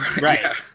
Right